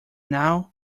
now